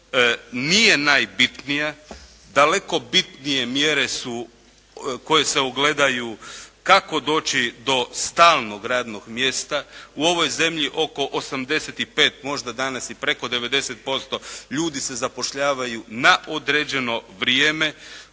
Nije najbitnija. Daleko bitnije mjere su koje se ogledaju kako doći do stalnog radnog mjesta. U ovoj zemlji oko 85, možda danas i preko 90% ljudi se zapošljavaju na određeno vrijeme.